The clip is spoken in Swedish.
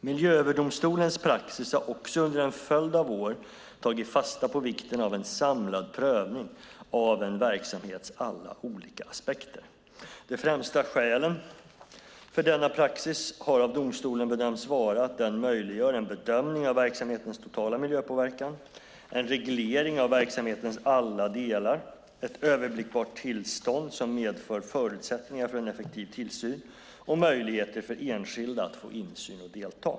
Miljööverdomstolens praxis har också under en följd av år tagit fasta på vikten av en samlad prövning av en verksamhets alla olika aspekter. De främsta skälen för denna praxis har av domstolen bedömts vara att den möjliggör en bedömning av verksamhetens totala miljöpåverkan, en reglering av verksamhetens alla delar, ett överblickbart tillstånd som medför förutsättningar för en effektiv tillsyn och möjligheter för enskilda att få insyn och delta.